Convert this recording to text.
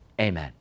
Amen